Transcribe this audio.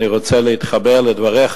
אני רוצה להתחבר לדבריך,